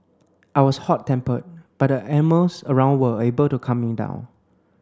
I was hot tempered but the animals around were able to calm me down